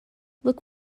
look